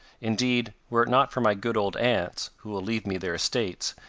indeed, were it not for my good old aunts, who will leave me their estates,